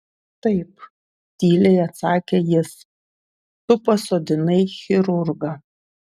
taip tyliai atsakė jis tu pasodinai chirurgą